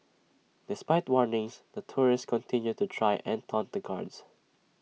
despite warnings the tourists continued to try and taunt the guards